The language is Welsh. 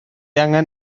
angen